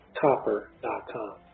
copper.com